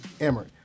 Emory